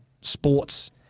sports